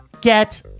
get